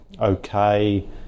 okay